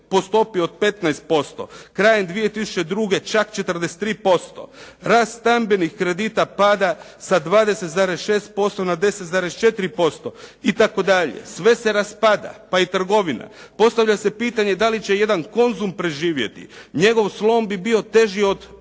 po stopi od 15%, krajem 2002. čak 43%, rast stambenih kredita pada sa 20.6% na 10.4% itd.. Sve se raspada, pa i trgovina. Postavlja se pitanje da li će jedan Konzum preživjeti, njegov slom bi bio teži od